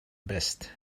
best